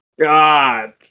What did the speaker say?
God